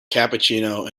cappuccino